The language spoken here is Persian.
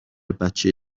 بچه